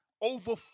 over